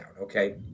okay